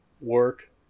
work